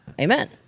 Amen